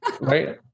Right